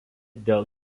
dėl